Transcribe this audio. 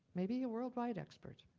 maybe a worldwide expert.